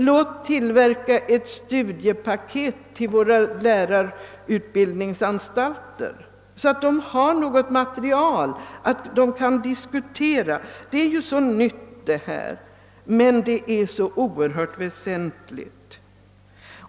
Låt tillverka ett studiepaket till våra lärarutbildningsanstalter, så att de har något material att diskutera! Detta är ju så nytt, men det är så oerhört väsentligt.